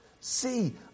see